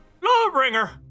Lawbringer